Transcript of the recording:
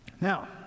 Now